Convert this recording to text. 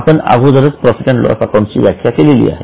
आपण अगोदरच profit and loss account ची व्याख्या केलेली आहे